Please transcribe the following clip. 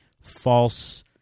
false